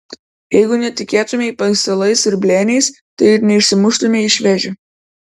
jeigu netikėtumei paistalais ir blėniais tai ir neišsimuštumei iš vėžių